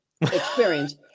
experience